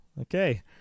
okay